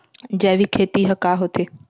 जैविक खेती ह का होथे?